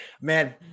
man